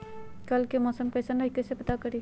कल के मौसम कैसन रही कई से पता करी?